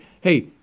hey